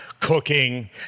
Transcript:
cooking